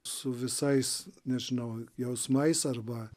su visais nežinau jausmais arba